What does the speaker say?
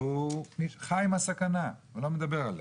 והוא חי עם הסכנה, ולא מדבר עליה.